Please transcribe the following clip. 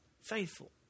faithful